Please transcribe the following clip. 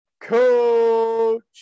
Coach